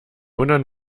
wundern